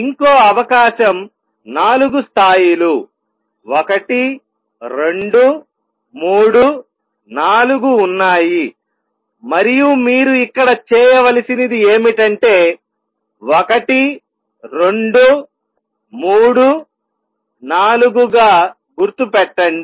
ఇంకో అవకాశం నాలుగు స్థాయిలు 1 2 3 4 ఉన్నాయి మరియు మీరు ఇక్కడ చేయవలసినది ఏమిటంటే 1 2 3 4 గా గుర్తుపెట్టండి